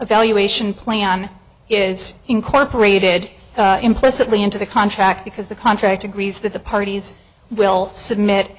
evaluation plan is incorporated implicitly into the contract because the contract agrees that the parties will submit